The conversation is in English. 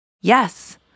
Yes